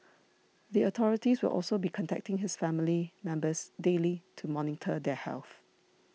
the authorities will also be contacting his family members daily to monitor their health